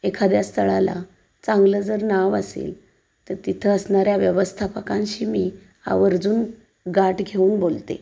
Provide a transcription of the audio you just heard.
एखाद्या स्थळाला चांगलं जर नाव असेल तर तिथं असणाऱ्या व्यवस्थापकांशी मी आवर्जून गाठ घेऊन बोलते